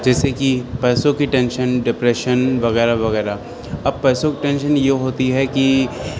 جیسے کہ پیسوں کی ٹینشن ڈپریشن وغیرہ وغیرہ اب پیسوں کی ٹینشن یہ ہوتی ہے کہ